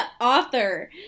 author